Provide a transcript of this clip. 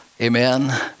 Amen